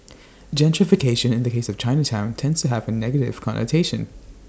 gentrification in the case of Chinatown tends to have A negative connotation